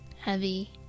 heavy